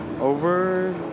over